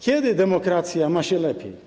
Kiedy demokracja ma się lepiej?